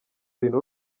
bintu